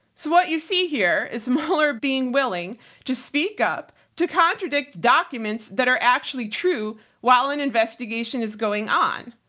so what you see here is mueller being willing to speak up to contradict documents that are actually true while an investigation is going on,